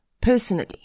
personally